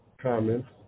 comments